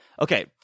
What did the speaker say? Okay